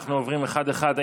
אנחנו עוברים אחד-אחד.